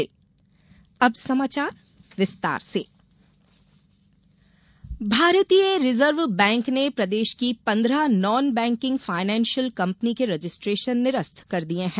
registration निरस्त भारतीय reserve bank ने प्रदेश की पन्द्रह नानबैंकिंग फायनेंशियल कंपनी के रजिस्ट्रेशन निरस्त कर दिये हैं